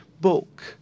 bulk